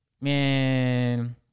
man